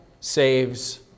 saves